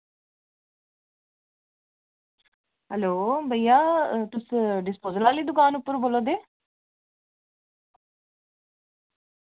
hello भइया तुस disposal आह्ली दुकान उप्परा बोल्ला दे